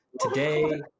today